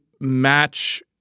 match